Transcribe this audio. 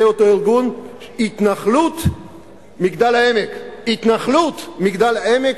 אותו ארגון "התנחלות מגדל-העמק" "התנחלות מגדל-העמק"